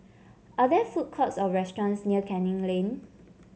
are there food courts or restaurants near Canning Lane